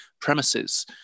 premises